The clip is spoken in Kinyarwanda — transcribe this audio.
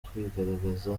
kwigaragaza